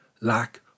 lack